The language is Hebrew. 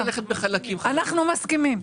אנחנו מסכימים.